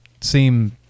seem